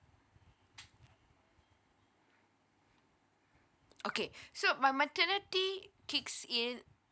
okay so my maternity kicks in